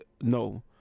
no